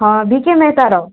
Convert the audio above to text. ହଁ ବିକି ମୁଇଁ ତା'ର